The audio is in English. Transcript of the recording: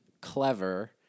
clever